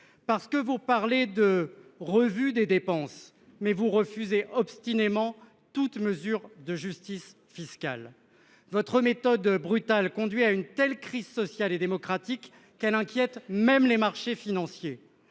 parce que vous parlez de revue des dépenses mais vous refusez obstinément toute mesure de justice fiscale. Votre méthode brutale conduit à une telle crise sociale et démocratique qu'inquiète même les marchés financiers.